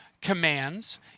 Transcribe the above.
commands